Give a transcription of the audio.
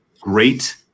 great